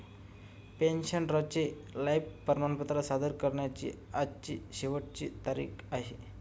पेन्शनरचे लाइफ प्रमाणपत्र सादर करण्याची आज शेवटची तारीख आहे